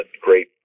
great